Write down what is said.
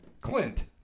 Clint